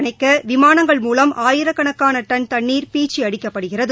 அணைக்க விமானங்கள் மூலம் ஆயிரக்கணக்கான டன் தண்ணீர் பீய்ச்சி அடிக்கப்படுகிறது